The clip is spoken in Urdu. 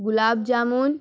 گلاب جامن